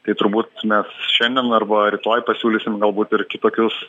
tai turbūt mes šiandien arba rytoj pasiūlysim galbūt ir kitokius